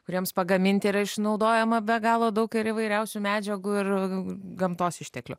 kuriems pagaminti yra išnaudojama be galo daug ir įvairiausių medžiagų ir gamtos išteklių